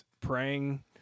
praying